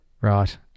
right